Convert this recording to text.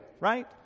right